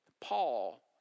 Paul